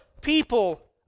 people